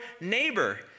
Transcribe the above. neighbor